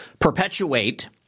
perpetuate